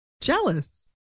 jealous